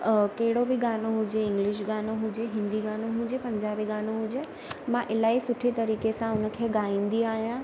कहिड़ो बि गानो हुजे इंग्लिश गानो हुजे हिंदी गानो हूजे या पंजाबी गानो हुजे मां इलाही सुठी तरीक़े सां हुनखे ॻाईंदी आहियां